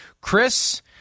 Chris